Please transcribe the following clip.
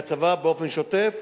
מהצבא, באופן שוטף.